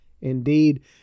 Indeed